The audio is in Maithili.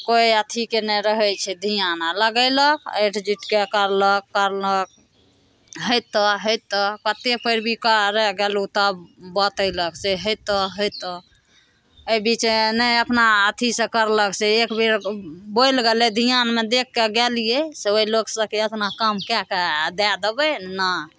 कोइ अथीके नहि रहै छै ध्यान आ लगैलक ऑंठि जुठिके करलक करलक हेतऽ हेतऽ कते पैरबी करै गेलहुॅं तब बतैलक से हेतऽ हेतऽ एहिबीचे नहि अपना अथी सँ कयलक से एक बेर बोलि गेलै ध्यानमे देख कऽ गेलियै से ओहि लोक सबके अपना काम कए कऽ आ दए देबै ने